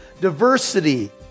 diversity